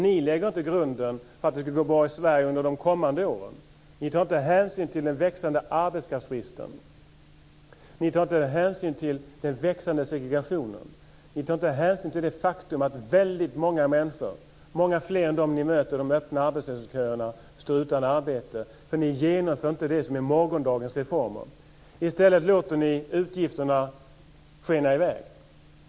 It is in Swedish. Ni lägger inte grunden för att det ska gå bra för Sverige under de kommande åren. Ni tar inte hänsyn till den växande arbetskraftsbristen. Ni tar inte hänsyn till den växande segregationen. Ni tar inte hänsyn till det faktum att många människor, många fler än de ni möter i de öppna arbetslöshetsköerna, står utan arbete. Ni genomför inte det som är morgondagens reformer. I ställer låter ni utgifterna skena i väg.